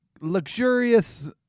luxurious